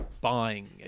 buying